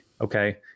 okay